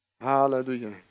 Hallelujah